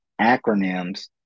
acronyms